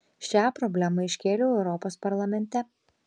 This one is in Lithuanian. šią problemą iškėliau europos parlamente